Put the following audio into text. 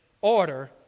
order